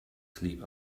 sleep